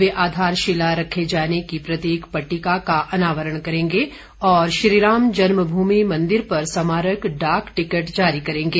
वे आधारशिला रखे जाने की प्रतीक पट्टिका का अनावरण करेंगे और श्रीराम जन्मभूमि मंदिर पर स्मारक डाक टिकट जारी करेंगे